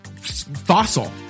fossil